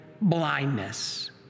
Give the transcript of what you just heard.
blindness